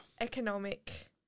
economic